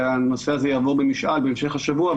והנושא הזה יעבור במשאל בהמשך השבוע.